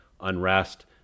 unrest